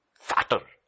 Fatter